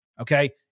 Okay